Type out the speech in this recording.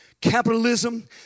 capitalism